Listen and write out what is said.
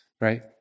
right